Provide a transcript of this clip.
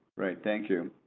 right thank you.